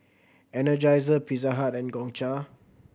Energizer Pizza Hut and Gongcha